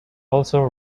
also